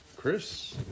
Chris